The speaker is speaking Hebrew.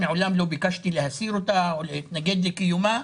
מעולם לא ביקשתי להסיר אותה או להתנגד לקיומה.